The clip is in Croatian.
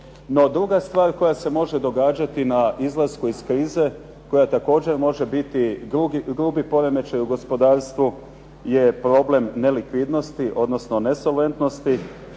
druga stvar koja se može događati na izlasku iz krize koja također može biti grubi poremećaj u gospodarstvu je problem nelikvidnosti odnosno nesolventnosti